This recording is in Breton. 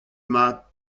mat